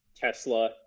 Tesla